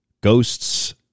Ghosts